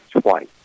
twice